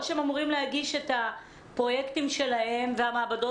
או שהם אמורים להגיש את הפרויקטים שלהם והמעבדות